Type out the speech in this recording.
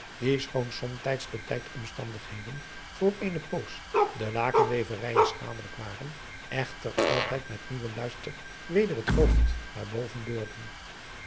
die schoon somtijds de tijdsomstandigheden voor eene poos de lakenweverijen schadelijk waren echter altijd met nieuwen luister weder het hoofd naar boven beurden